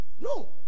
No